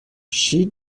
she